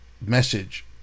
message